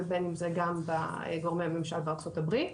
ובין אם זה גם גורמי ממשל בארצות הברית,